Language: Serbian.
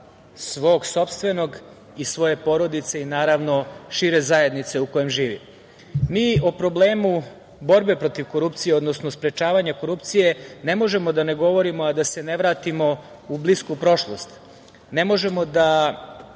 svog sopstvenog i svoje porodice i, naravno, šire zajednice u kojoj živi. Mi o problemu borbe protiv korupcije, odnosno sprečavanje korupcije ne možemo da ne govorimo, a da se ne vratimo u blisku prošlost, ne možemo da